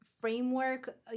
framework